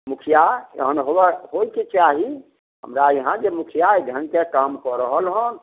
मुखिआ एहन होबऽ होइके चाही हमरा इहाँ जे मुखिआ अइ ढङ्गके काम कऽ रहल हन